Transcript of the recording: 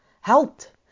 helped